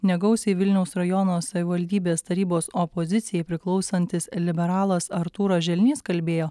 negausiai vilniaus rajono savivaldybės tarybos opozicijai priklausantis liberalas artūras želnys kalbėjo